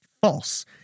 false